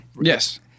Yes